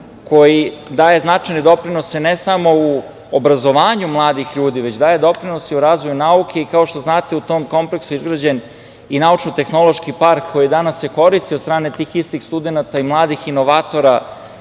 koji daje značajne doprinose ne samo u obrazovanju mladih ljudi, već daje doprinos i u razvoju nauke i kao što znate u tom kompleksu je izgrađen i naučno-tehnološki park koji se i dan danas koristi od strane tih istih studenata i mladih inovatora